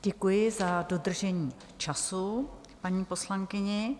Děkuji za dodržení času paní poslankyni.